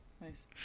Nice